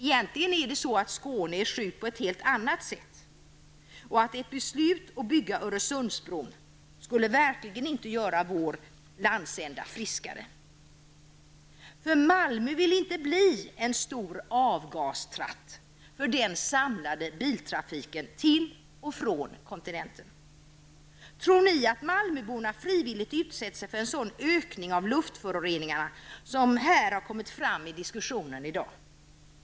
Egentligen är Skåne sjukt på ett helt annat sätt, och ett beslut att bygga en Öresundsbro skulle verkligen inte göra vår landända friskare. Malmö vill nämligen inte bli en stor avgastratt för den samlade biltrafiken till och från kontinenten. Tror ni att malmöborna frivilligt utsätter sig för en sådan ökning av luftföroreningarna som har kommit fram i diskussionen i dag?